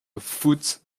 afoot